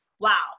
wow